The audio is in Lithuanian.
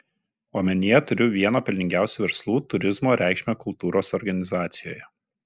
omenyje turiu vieno pelningiausių verslų turizmo reikšmę kultūros organizacijoje